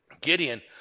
Gideon